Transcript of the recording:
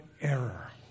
error